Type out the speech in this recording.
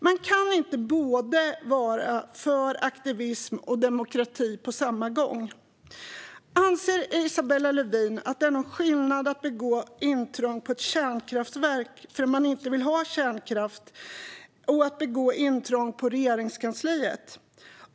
Man kan inte vara för aktivism och demokrati på samma gång. Anser Isabella Lövin att det är någon skillnad på att göra intrång på ett kärnkraftverk för att man inte vill ha kärnkraft och att göra intrång på Regeringskansliet?